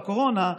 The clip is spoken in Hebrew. בקורונה,